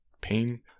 pain